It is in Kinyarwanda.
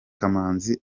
kamanzi